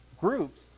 groups